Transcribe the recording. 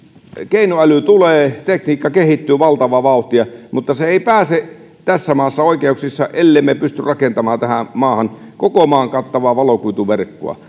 keinoäly tulee tekniikka kehittyy valtavaa vauhtia mutta se ei pääse tässä maassa oikeuksiinsa ellemme pysty rakentamaan tähän maahan koko maan kattavaa valokuituverkkoa